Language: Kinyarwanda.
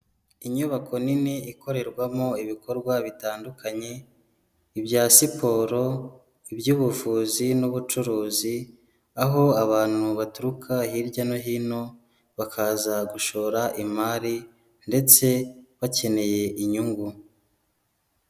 Inyubako nini ikorerwamo ibikorwa bitandukanye ibya siporo iby'ubuvuzi n'ubucuruzi, aho abantu baturuka hirya no hino bakaza gushora imari ndetse bakeneye inyungu.